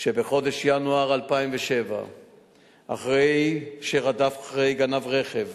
שבחודש ינואר 2007 רדף אחרי גנב רכב